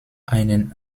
einen